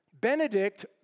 Benedict